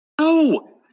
No